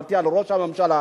דיברתי על ראש הממשלה,